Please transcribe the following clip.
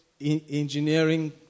engineering